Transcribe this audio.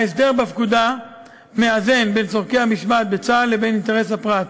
ההסדר בפקודה מאזן בין צורכי המשמעת בצה"ל לבין אינטרס הפרט,